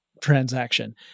transaction